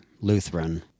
Lutheran